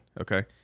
Okay